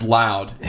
loud